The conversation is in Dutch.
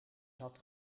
zat